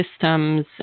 systems